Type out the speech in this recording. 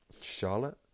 Charlotte